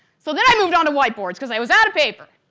so, then i moved on to white boards because i was out of paper.